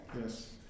yes